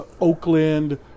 Oakland